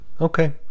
Okay